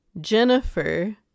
Jennifer